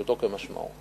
פשוטו כמשמעו.